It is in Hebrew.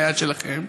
היד שלכם,